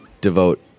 devote